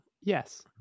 Yes